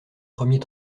premiers